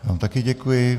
Já vám také děkuji.